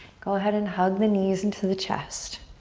go ahead and hug the knees into the chest.